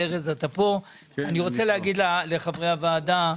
אני רוצה להגיד לחברי הוועדה,